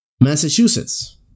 Massachusetts